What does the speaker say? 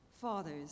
Fathers